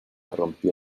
rompió